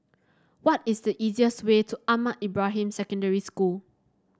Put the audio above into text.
what is the easiest way to Ahmad Ibrahim Secondary School